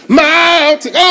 mountain